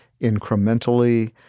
incrementally